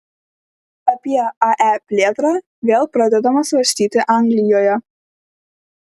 apie ae plėtrą vėl pradedama svarstyti anglijoje